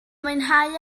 mwynhau